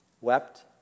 wept